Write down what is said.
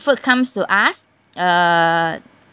food comes to us uh